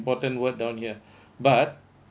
important word down here but